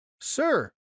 Sir